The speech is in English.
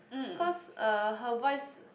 cause uh her voice